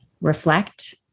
reflect